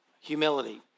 Humility